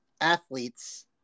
athletes